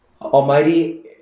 Almighty